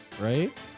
right